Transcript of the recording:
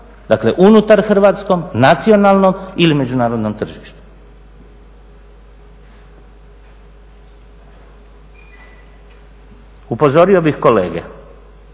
dakle unutar hrvatskom, nacionalnom ili međunarodnom tržištu. Upozorio bih kolege